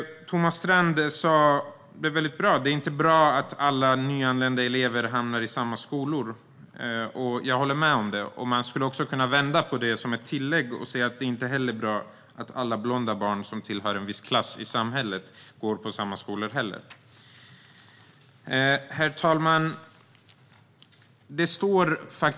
Thomas Strand sa det väldigt bra: Det är inte bra att alla nyanlända elever hamnar i samma skolor. Jag håller med om det, men man skulle kunna vända på det - som ett tillägg - och säga att det inte heller är bra att alla blonda barn från en viss samhällsklass går i samma skolor. Herr talman!